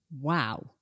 Wow